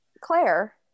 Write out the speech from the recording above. claire